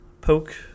poke